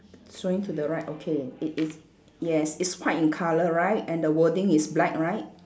swinging to the right okay it is yes it's white in colour right and the wording is black right